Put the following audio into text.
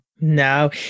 No